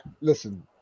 listen